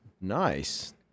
Nice